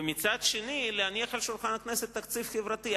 ומצד שני, להניח על שולחן הכנסת תקציב חברתי.